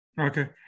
okay